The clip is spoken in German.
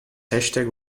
hashtag